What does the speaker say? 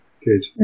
Good